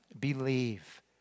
believe